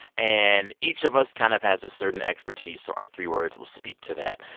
and each of us kind of has a certain expertise, so our three words will speak to that.